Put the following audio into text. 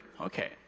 Okay